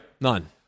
None